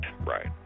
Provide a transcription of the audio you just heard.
right